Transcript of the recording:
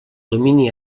domini